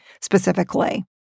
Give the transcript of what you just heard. specifically